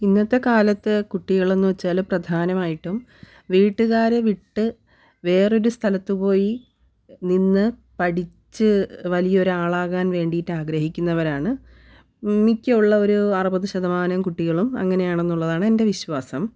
ഇന്നത്തെക്കാലത്ത് കുട്ടികളെന്ന് വെച്ചാൽ പ്രധാനമായിട്ടും വീട്ടുകാരെ വിട്ട് വേറൊരു സ്ഥലത്ത് പോയി നിന്ന് പഠിച്ച് വലിയൊരാളാകാൻ വേണ്ടിയിട്ടാഗ്രഹിക്കുന്നവരാണ് മിക്ക ഉള്ള ഒരു അറുപത് ശതമാനം കുട്ടികളും അങ്ങനെയാണെന്നുള്ളതാണ് എൻ്റെ വിശ്വാസം